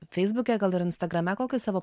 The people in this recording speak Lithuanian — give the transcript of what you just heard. feisbuke gal ir instagrame kokį savo